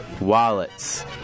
Wallets